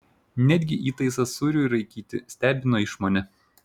netgi įtaisas sūriui raikyti stebino išmone